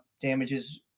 damages